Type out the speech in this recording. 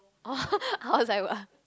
oh I was like what